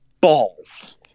balls